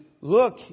look